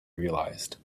realized